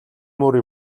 мөр